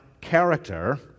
character